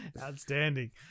Outstanding